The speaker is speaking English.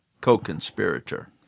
co-conspirator